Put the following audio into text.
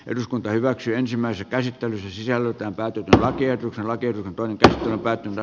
eduskunta hyväksyi ensimmäisen käsittelyn jälkeen päätyy tällä kierroksella teki tästä päätellä